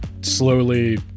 slowly